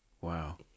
Wow